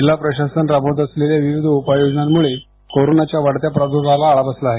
जिल्हा प्रशासन राबवत असलेल्या विविध उपाय योजनांमुळे कोरोनाच्या वाढत्या प्रार्दुभावाला आळा बसला आहे